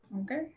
Okay